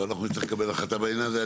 טוב אנחנו נצטרך לקבל החלטה בעניין הזה.